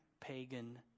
pagan